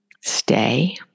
stay